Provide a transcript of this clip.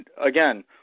again